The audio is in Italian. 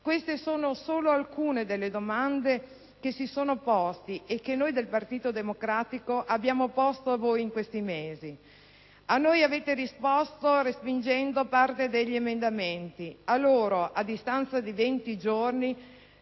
Queste sono solo alcune delle domande che si sono posti e che noi del Partito Democratico abbiamo posto a voi in questi mesi. A noi avete risposto respingendo parte degli emendamenti; a loro, a distanza di 20 giorni,